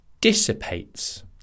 dissipates